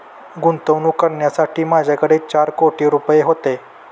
गुंतवणूक करण्यासाठी माझ्याकडे चार कोटी रुपये होते